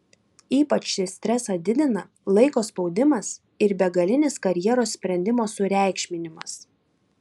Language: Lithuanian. ypač šį stresą didina laiko spaudimas ir begalinis karjeros sprendimo sureikšminimas